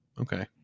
okay